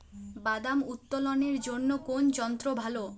বাদাম উত্তোলনের জন্য কোন যন্ত্র ভালো?